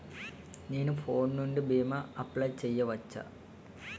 నేను ఫోన్ నుండి భీమా అప్లయ్ చేయవచ్చా?